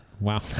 Wow